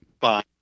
fine